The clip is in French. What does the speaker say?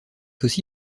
aussi